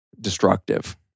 destructive